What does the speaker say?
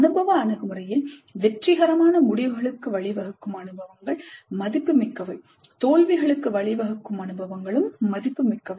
அனுபவ அணுகுமுறையில் வெற்றிகரமான முடிவுகளுக்கு வழிவகுக்கும் அனுபவங்கள் மதிப்புமிக்கவை தோல்விகளுக்கு வழிவகுக்கும் அனுபவங்களும் மதிப்புமிக்கவை